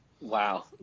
Wow